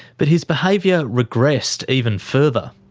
but his behaviour regressed even further.